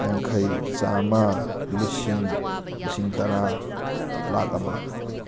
ꯌꯥꯡꯈꯩ ꯆꯥꯝꯃ ꯂꯤꯁꯤꯡ ꯂꯤꯁꯤꯡ ꯇꯔꯥ ꯂꯥꯛ ꯑꯃ